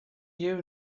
you